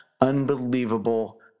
Unbelievable